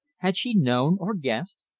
had she known or guessed?